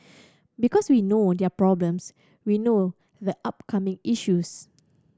because we know their problems we know the upcoming issues